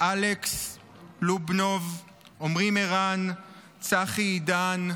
אלכס לובנוב, עמרי מירן, צחי עידן,